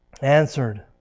answered